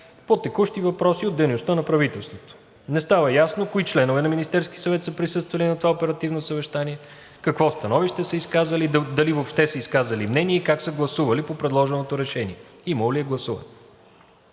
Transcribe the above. по текущи въпроси от дейността на правителството. Не става ясно кои членове на Министерския съвет са присъствали на това оперативно съвещание, какво становище са изказали, дали въобще са изказали мнение и как са гласували по предложеното решение и имало ли е гласуване.